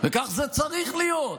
כך זה צריך להיות.